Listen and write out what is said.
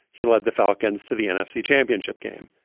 he led the falcons to the nfc championship game.